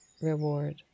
reward